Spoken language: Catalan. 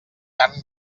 carn